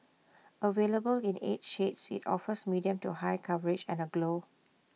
available in eight shades IT offers medium to high coverage and A glow